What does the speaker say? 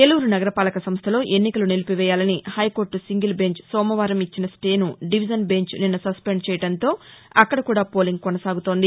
ఏలూరు నగర పాలక సంస్లలో ఎన్నికలు నిలిపివేయాలని హైకోర్టు సింగిల్ బెంచ్ సోమవారం ఇచ్చిన స్టేను డివిజన్ బెంచ్ నిన్న సస్పెండ్ చేయడంతో అక్కడ కూడా పోలింగ్ కొనసాగుతోంది